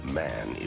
man